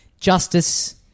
justice